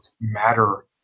matter